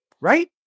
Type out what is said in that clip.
right